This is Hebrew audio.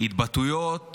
התבטאויות